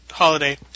holiday